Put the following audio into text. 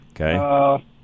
Okay